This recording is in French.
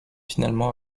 finalement